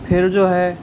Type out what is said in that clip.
پھر جو ہے